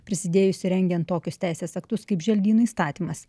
prisidėjusi rengiant tokius teisės aktus kaip želdynų įstatymas